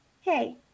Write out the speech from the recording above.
hey